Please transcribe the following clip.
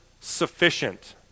sufficient